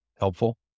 Helpful